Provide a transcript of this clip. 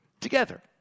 together